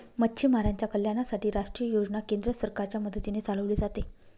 मच्छीमारांच्या कल्याणासाठी राष्ट्रीय योजना केंद्र सरकारच्या मदतीने चालवले जाते